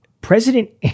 President